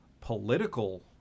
political